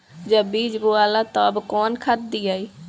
जब बीज बोवाला तब कौन खाद दियाई?